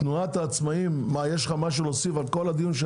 אנחנו נזמן אתכם שוב על מנת לסיים את החוברת.